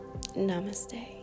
namaste